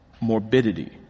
morbidity